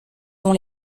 dont